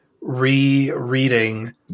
rereading